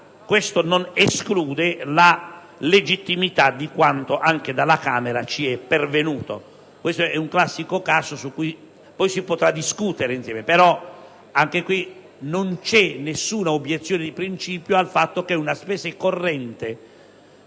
ma ciò non esclude la legittimità di quanto dalla Camera ci è pervenuto. Si tratta di un classico caso su cui si potrà discutere insieme in seguito, ma anche qui non c'è nessuna obiezione di principio al fatto che una spesa corrente